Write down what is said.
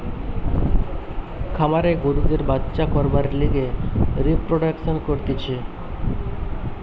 খামারে গরুদের বাচ্চা করবার লিগে রিপ্রোডাক্সন করতিছে